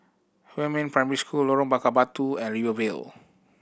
Huamin Primary School Lorong Bakar Batu and Rivervale